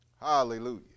Hallelujah